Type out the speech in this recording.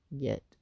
get